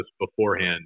beforehand